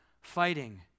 fighting